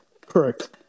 Correct